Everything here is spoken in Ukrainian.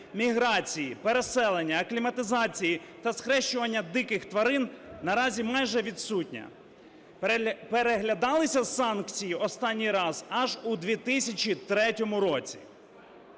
міграції, переселення, акліматизації та схрещування диких тварин, наразі майже відсутня. Переглядалися санкції останній раз аж у 2003 році.